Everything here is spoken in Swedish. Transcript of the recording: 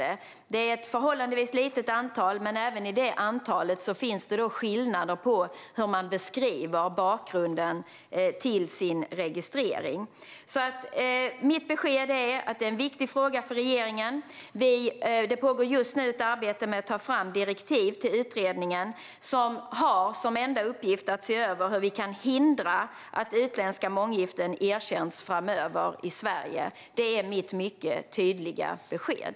Det handlar om ett förhållandevis litet antal, men i det antalet finns det skillnader på hur man beskriver bakgrunden till sin registrering. Mitt besked är: Detta är en viktig fråga för regeringen. Det pågår just nu ett arbete med att ta fram direktiv till utredningen, som har som enda uppgift att se över hur vi kan hindra att utländska månggiften framöver erkänns i Sverige. Det är mitt mycket tydliga besked.